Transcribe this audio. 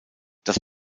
das